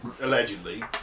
allegedly